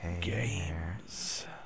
games